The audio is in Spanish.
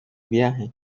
viaje